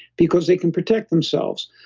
because they can protect themselves.